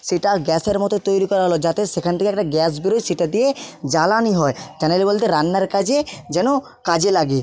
সেটা গ্যাসের মতো তৈরি করা হলো যাতে সেখান থেকে একটা গ্যাস বেরোয় সেটা দিয়ে জ্বালানি হয় জ্বালানি বলতে রান্নার কাজে যেন কাজে লাগে